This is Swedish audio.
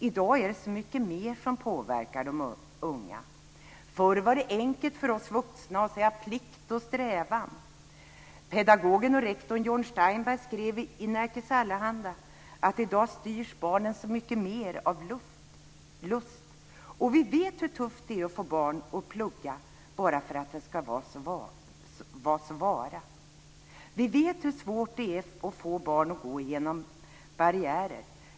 I dag är det så mycket mer som påverkar de unga. Förr var det enkelt för oss vuxna att säga plikt och strävan. Pedagogen och rektorn John Steinberg skrev i Nerikes Allehanda att i dag styrs barnen så mycket mer av lust. Vi vet hur tufft det är att få barn att plugga bara för att det ska så vara. Vi vet hur svårt det är att få barn att gå igenom barriärer.